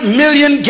million